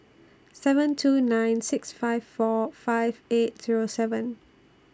seven two nine six five four five eight Zero seven